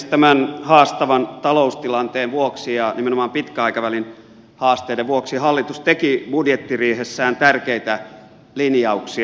tämän haastavan taloustilanteen vuoksi ja nimenomaan pitkän aikavälin haasteiden vuoksi hallitus teki budjettiriihessään tärkeitä linjauksia